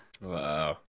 wow